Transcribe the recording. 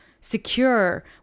secure